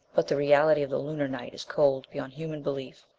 but the reality of the lunar night is cold beyond human belief.